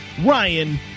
Ryan